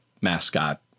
mascot